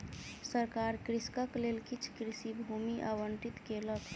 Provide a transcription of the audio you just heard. सरकार कृषकक लेल किछ कृषि भूमि आवंटित केलक